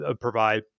provide